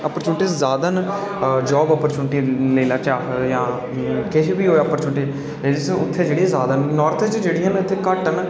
opportunity जादै न job opportunity किश बी लेई लैन अगर अस ते उत्थै जादा न ते नॉर्थ च जादै न